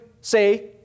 say